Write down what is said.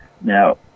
Now